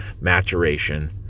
maturation